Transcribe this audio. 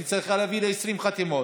היא צריכה להביא לי 20 חתימות,